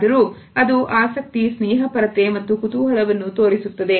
ಆದರೂ ಅದು ಆಸಕ್ತಿ ಸ್ನೇಹಪರತೆ ಮತ್ತು ಕುತೂಹಲವನ್ನು ತೋರಿಸುತ್ತದೆ